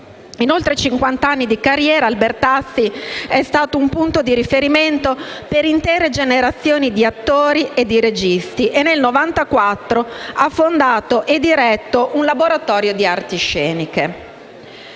In oltre cinquant'anni di carriera Albertazzi è stato un punto di riferimento per intere generazioni di attori e registi, e nel 1994 ha fondato e diretto un laboratorio di arti sceniche.